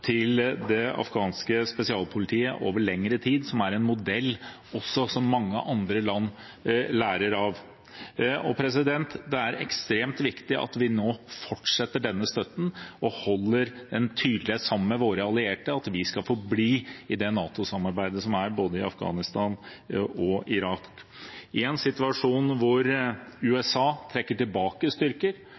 til det afghanske spesialpolitiet, som er en modell som mange andre land lærer av. Det er ekstremt viktig at vi nå fortsetter denne støtten og holder en tydelighet sammen med våre allierte om at vi skal forbli i det NATO-samarbeidet som er både i Afghanistan og i Irak. USA trekker tilbake styrker, etter jul vil det bare være igjen 2 500, og 8 000–10 000 til sammen av internasjonale styrker